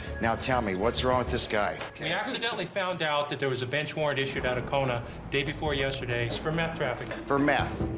now tell me, what's wrong with this guy? we accidentally found out that there was a bench warrant issued out of kona day before yesterday. it's for meth traffic. and for meth?